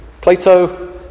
Plato